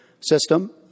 system